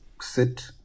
sit